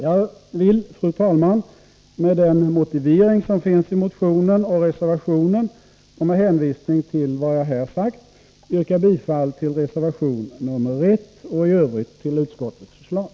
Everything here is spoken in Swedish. Jag vill, fru talman, med den motivering som finns i motionen och reservationen och med hänvisning till vad jag här har sagt yrka bifall till reservation nr 1 och i övrigt till utskottets förslag.